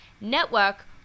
network